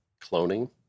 cloning